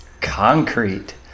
Concrete